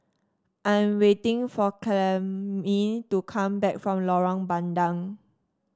I am waiting for Clemmie to come back from Lorong Bandang